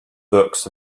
books